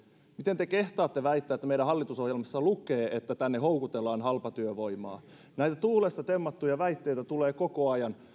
miten te kehtaatte väittää että meidän hallitusohjelmassa lukee että tänne houkutellaan halpatyövoimaa näitä tuulesta temmattuja väitteitä tulee koko ajan